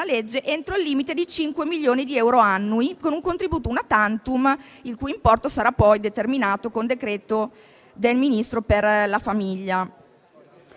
legge, entro il limite di 5 milioni di euro annui, con un contributo *una tantum* il cui importo sarà poi determinato con decreto del Ministro per la famiglia.